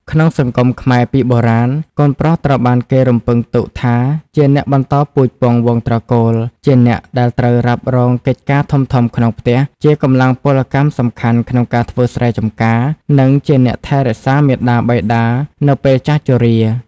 ក្នុងសង្គមខ្មែរពីបុរាណ កូនប្រុសត្រូវបានគេរំពឹងទុកថាជាអ្នកបន្តពូជពង្សវង្សត្រកូល ជាអ្នកដែលត្រូវរ៉ាប់រងកិច្ចការធំៗក្នុងផ្ទះ ជាកម្លាំងពលកម្មសំខាន់ក្នុងការធ្វើស្រែចំការ និងជាអ្នកថែរក្សាមាតាបិតានៅពេលចាស់ជរា។